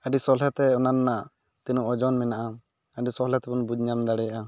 ᱟᱹᱰᱤ ᱥᱚᱞᱦᱮ ᱛᱮ ᱚᱱᱟ ᱨᱮᱱᱟᱜ ᱛᱤᱱᱟᱹᱜ ᱳᱡᱚᱱ ᱢᱮᱱᱟᱜᱼᱟ ᱟᱹᱰᱤ ᱥᱚᱦᱞᱮ ᱛᱮᱵᱞᱚᱱ ᱵᱩᱡᱽ ᱧᱟᱢ ᱫᱟᱲᱮᱭᱟᱜᱼᱟ